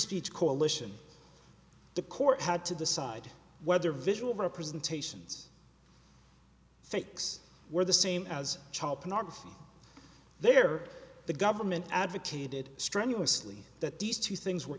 speech coalition the court had to decide whether visual representations fakes were the same as child pornography there the government advocated strenuously that these two things were